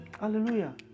Hallelujah